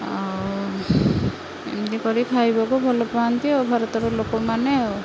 ଆଉ ଏମିତି କରି ଖାଇବାକୁ ଭଲ ପାଆନ୍ତି ଆଉ ଭାରତର ଲୋକମାନେ ଆଉ